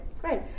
great